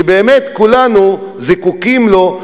שבאמת כולנו זקוקים לו.